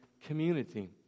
community